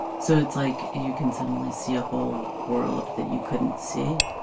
so it's like you can suddenly see a whole world that you couldn't see?